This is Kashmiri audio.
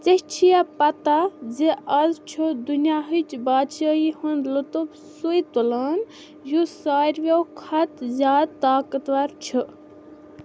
ژَے چھِیَہ پتاہ زِ آز چھُ دنیاہٕچ بادشٲہی ہُنٛد لُطف سُیہ تُلان یُس ساروٕیو کھۄتہٕ زیادٕ طاقتور چھُ